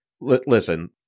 listen